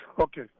Okay